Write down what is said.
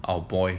our boy